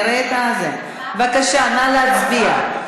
בבקשה, נא להצביע.